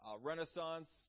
Renaissance